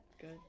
Good